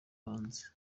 hanze